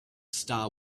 star